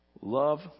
Love